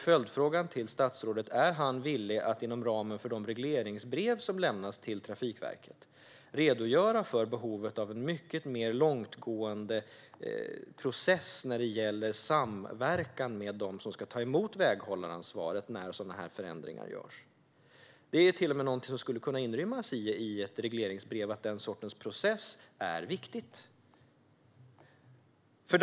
Följdfrågan till statsrådet blir då: Är han villig att inom ramen för de regleringsbrev som lämnas till Trafikverket redogöra för behovet av en mycket mer långtgående process när det gäller samverkan med dem som ska ta emot väghållaransvaret när sådana här förändringar görs? I ett regleringsbrev skulle det kunna inrymmas att den sortens process är en viktig sak.